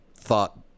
thought